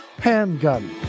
handgun